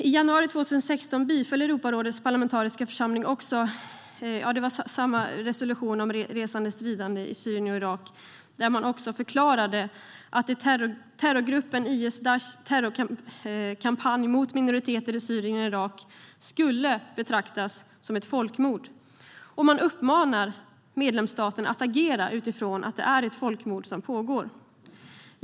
I januari 2016 biföll Europarådets parlamentariska församling samma resolution om resande för stridande i Syrien och Irak, där man också förklarade att terrorgruppen IS/Daishs terrorkampanj mot minoriteter i Syrien och Irak skulle betraktas som folkmord. Man uppmanar medlemsstater att agera utifrån att det är ett folkmord som pågår.